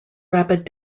rapid